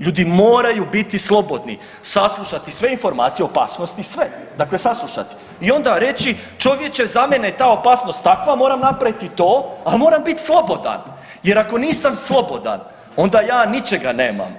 Ljudi moraju biti slobodni, saslušati sve informacije, opasnosti, sve, dakle saslušati i onda reći čovječe za mene je ta opasnost takva moram napraviti to, a moram biti slobodan jer ako nisam slobodan onda ja ničega nemam,